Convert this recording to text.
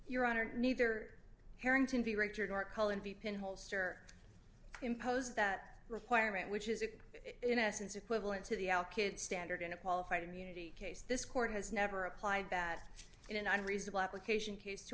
your honor neither harrington director of art cullen peepin holster impose that requirement which is it in essence equivalent to the alkyd standard in a qualified immunity case this court has never applied that in an unreasonable application case to